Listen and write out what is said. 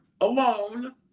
alone